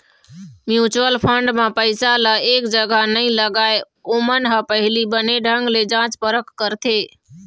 mutual fund म पइसा ल एक जगा नइ लगाय, ओमन ह पहिली बने ढंग ले जाँच परख करथे